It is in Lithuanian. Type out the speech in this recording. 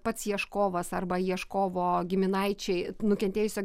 pats ieškovas arba ieškovo giminaičiai nukentėjusio